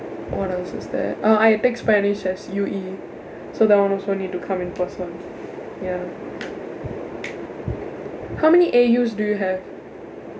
what else is there err I take spanish as U_E so that one also need to come in person ya how many A_Us do you have